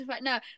No